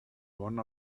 one